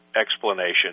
explanation